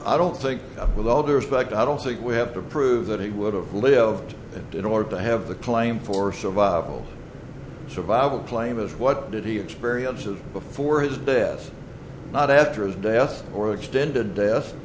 i don't think with all due respect i don't think we have to prove that he would have lived in order to have the claim for survival survival plane as what did he experiences before his death not after his death or extended death